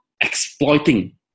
exploiting